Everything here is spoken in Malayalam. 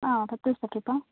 ആ പത്ത് ദിവസത്തെ ട്രിപ്പാണോ